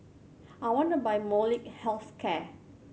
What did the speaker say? I want to buy Molnylcke Health Care